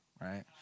right